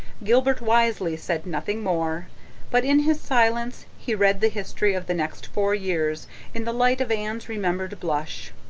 gilbert wisely said nothing more but in his silence he read the history of the next four years in the light of anne's remembered blush.